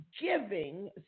giving